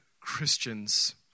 Christians